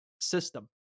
system